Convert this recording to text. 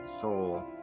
soul